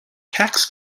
tax